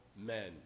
men